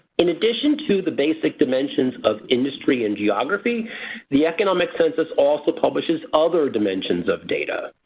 in addition to the basic dimensions of industry and geography the economic census also publishes other dimensions of data,